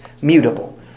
mutable